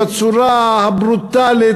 בצורה הברוטלית,